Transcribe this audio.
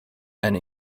and